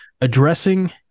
addressing